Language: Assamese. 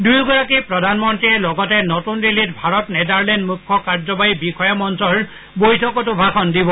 দুয়োগৰাকী প্ৰধানমন্তীয়ে লগতে নতুন দিল্লীত ভাৰত নেডাৰলেণ্ড মুখ্য কাৰ্যবাহী বিষয়া মঞ্চৰ বৈঠকতো ভাষণ দিব